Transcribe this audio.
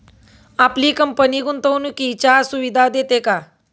आपली कंपनी गुंतवणुकीच्या सुविधा देते का?